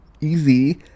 easy